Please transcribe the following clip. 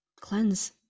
cleanse